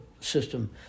system